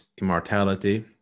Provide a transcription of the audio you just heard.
immortality